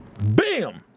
Bam